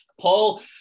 Paul